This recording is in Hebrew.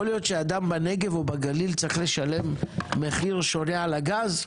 יכול להיות שאדם בנגב או בגליל צריך לשלם מחיר שונה על הגז?